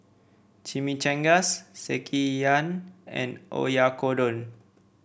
Chimichangas Sekihan and Oyakodon